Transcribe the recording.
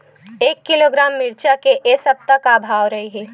एक किलोग्राम मिरचा के ए सप्ता का भाव रहि?